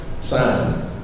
Sign